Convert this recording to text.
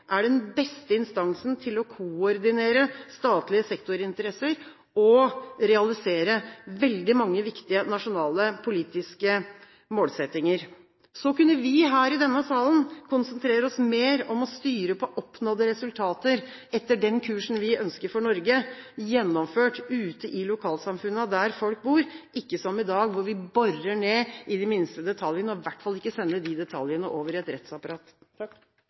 er den beste instansen til å koordinere statlige sektorinteresser og realisere veldig mange viktige, nasjonale politiske målsettinger. Så kunne vi her i denne salen konsentrere oss mer om å styre etter oppnådde resultater – etter den kursen vi ønsker for Norge – gjennomført ute i lokalsamfunnene der folk bor, og ikke som i dag når vi borer ned i de minste detaljene. Og vi må i hvert fall ikke sende de detaljene over i et rettsapparat.